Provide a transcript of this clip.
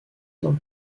dans